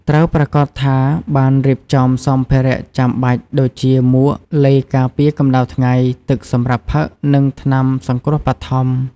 ត្រូវប្រាកដថាបានរៀបចំសម្ភារៈចាំបាច់ដូចជាមួក ឡេការពារកម្តៅថ្ងៃ ទឹកសម្រាប់ផឹក និងថ្នាំសង្គ្រោះបឋម។